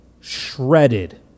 Shredded